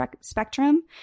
spectrum